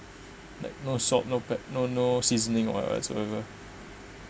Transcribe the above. like no salt no pe~ no no seasoning or what what so ever